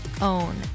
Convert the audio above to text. own